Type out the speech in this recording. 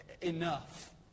enough